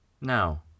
Now